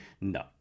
No